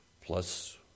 plus